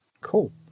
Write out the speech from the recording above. Cool